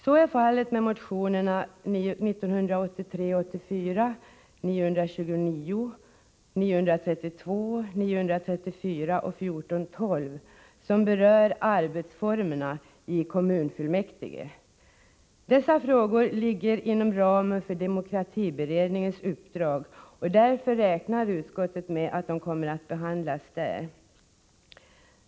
Så är fallet med motionerna 1983/84:929, 932, 934 och 1412, som berör arbetsformerna i kommunfullmäktige. Dessa frågor ligger inom ramen för demokratiberedningens uppdrag, och därför räknar utskottet med att de kommer att behandlas där.